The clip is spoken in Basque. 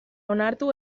onartu